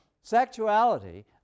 sexuality